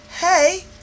Hey